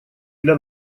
для